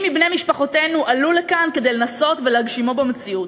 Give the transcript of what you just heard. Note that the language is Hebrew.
מבני משפחותינו עלו לכאן כדי לנסות ולהגשימו במציאות,